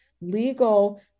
legal